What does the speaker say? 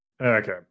Okay